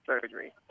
surgery